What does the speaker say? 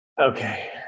okay